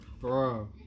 bro